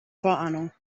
vorahnung